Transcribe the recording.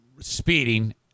speeding